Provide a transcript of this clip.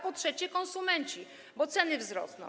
Po trzecie, konsumenci, bo ceny wzrosną.